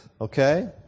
okay